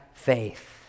Faith